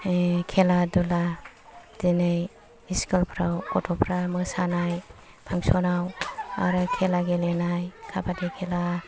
खेला दुला दिनै स्कुल फ्राव गथ'फ्रा मोसानाय फांसनाव आरो खेला गेलेनाय खाबादि खेला